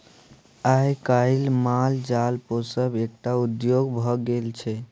आइ काल्हि माल जाल पोसब एकटा उद्योग भ गेल छै